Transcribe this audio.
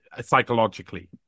psychologically